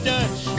Dutch